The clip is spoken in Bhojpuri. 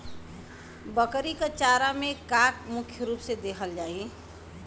बकरी क चारा में का का मुख्य रूप से देहल जाई?